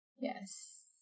Yes